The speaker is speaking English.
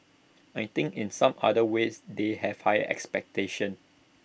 I think in some other ways they have higher expectations